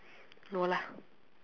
no lah